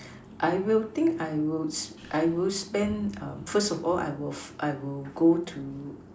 I will think I will I will spend um first of all I will I will go to